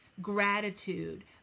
Gratitude